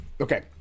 Okay